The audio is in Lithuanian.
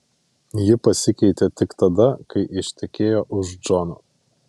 ji pasikeitė tik tada kai ištekėjo už džono